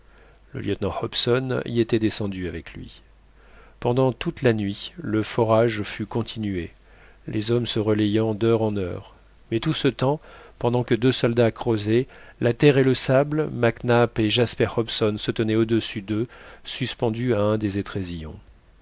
le lieutenant hobson y était descendu avec lui pendant toute la nuit le forage fut continué les hommes se relayant d'heure en heure mais tout ce temps pendant que deux soldats creusaient la terre et le sable mac nap et jasper hobson se tenaient au-dessus d'eux suspendus à un des